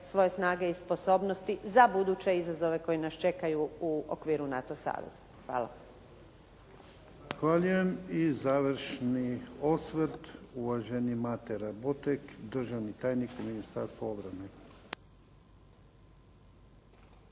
svoje snage i sposobnosti za buduće izazove koji nas čekaju u okviru NATO saveza. Hvala. **Jarnjak, Ivan (HDZ)** Zahvaljujem. I završni osvrt, uvaženi Mate Raboteg, državni tajnik u Ministarstvu obrane.